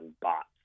bots